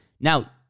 Now